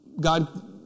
God